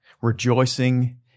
rejoicing